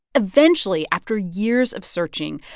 eventually, after years of searching,